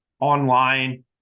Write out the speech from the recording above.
online